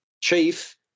chief